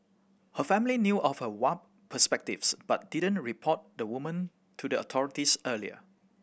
her family knew of her warped perspectives but didn't report the woman to the authorities earlier